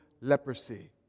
leprosy